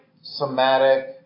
somatic